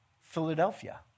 Philadelphia